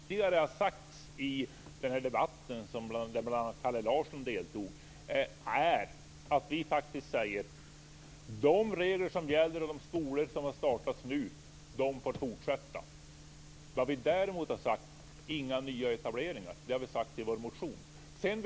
Herr talman! Det har redan sagts i den debatt som bl.a. Kalle Larsson deltog i att de regler som gäller får vara och de skolor som har startats får fortsätta. Vad vi däremot har sagt i vår motion är: Inga nya etableringar.